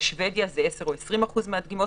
בשוודיה זה 10% או 20% מהדגימות